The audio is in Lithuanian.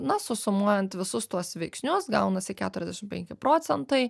na susumuojant visus tuos veiksnius gaunasi keturiasdešim penki procentai